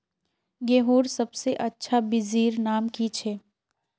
गेहूँर सबसे अच्छा बिच्चीर नाम की छे?